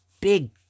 Big